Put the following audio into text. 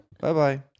Bye-bye